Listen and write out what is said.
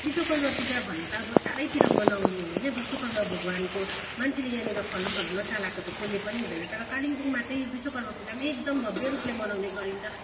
विश्वकर्म पूजा भन्ने त अब चारैतिर मनाउने हो होइन विश्वकर्म भगवान्को मान्छेले यहाँनिर फलामहरू नचलाको त कसले पनि हुँदैन तर कालिम्पोङमा चाहिँ विश्वकर्म पूजा पनि एकदम भव्य रूपले मनाउने गरिन्छ